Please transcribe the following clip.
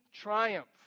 triumph